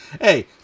hey